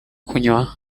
kunywa